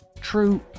True